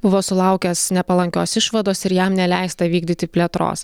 buvo sulaukęs nepalankios išvados ir jam neleista vykdyti plėtros